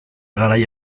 garai